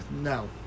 No